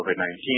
COVID-19